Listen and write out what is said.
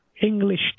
english